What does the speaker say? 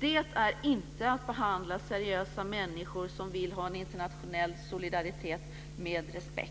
Det är inte att behandla seriösa människor som vill ha internationell solidaritet med respekt.